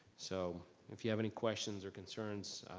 so if you have any questions or concerns,